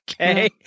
Okay